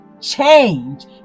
change